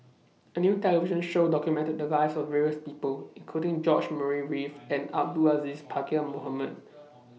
A New television Show documented The Lives of various People including George Murray Reith and Abdul Aziz Pakkeer Mohamed